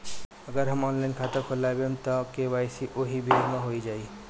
अगर हम ऑनलाइन खाता खोलबायेम त के.वाइ.सी ओहि बेर हो जाई